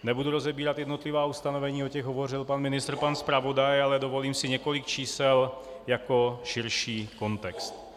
Nebudu rozebírat jednotlivá ustanovení, o těch hovořil pan ministr, pan zpravodaj, ale dovolím si několik čísel jako širší kontext.